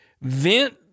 vent